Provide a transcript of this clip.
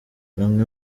bamwe